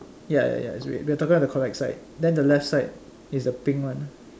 ya ya ya it's red we're talking about the correct side then the left side is the pink one